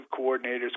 coordinators